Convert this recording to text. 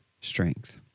strength